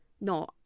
No